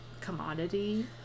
commodity